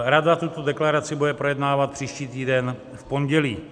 Rada tuto deklaraci bude projednávat příští týden v pondělí.